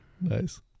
Nice